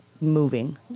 moving